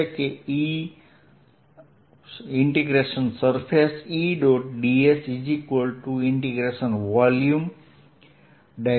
એટલે કેsurfaceE